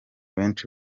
benshi